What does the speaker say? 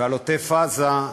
של עוטף-עזה,